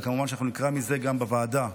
וכמובן שנקרא גם בוועדה,